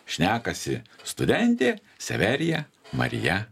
šnekasi studentė severija marija